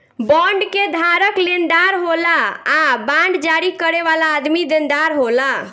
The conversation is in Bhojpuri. बॉन्ड के धारक लेनदार होला आ बांड जारी करे वाला आदमी देनदार होला